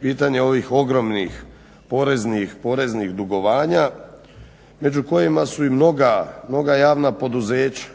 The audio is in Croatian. pitanje ovih ogromnih poreznih dugovanja među kojima su i mnoga javna poduzeća